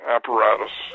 Apparatus